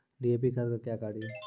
DAP खाद का क्या कार्य हैं?